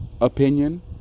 opinion